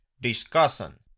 discussion